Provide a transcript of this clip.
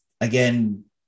Again